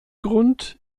grund